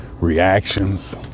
reactions